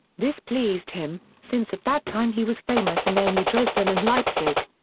this pleased him, since at that time he was famous in only dresden and leipzig.